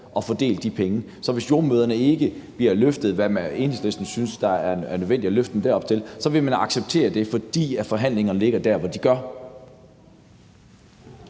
at fordele de penge? Så hvis jordemødrene ikke bliver løftet derop, hvor Enhedslisten synes det er nødvendigt at løfte dem hen, vil man så acceptere det, fordi forhandlingerne ligger der, hvor de gør?